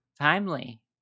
Timely